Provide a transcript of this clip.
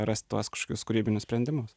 rast tuos kažkokius kūrybinius sprendimus